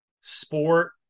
sport